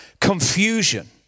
confusion